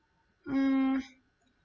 mm